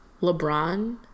LeBron